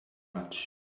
much